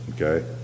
Okay